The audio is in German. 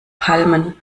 palmen